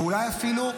ואולי אפילו,